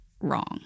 wrong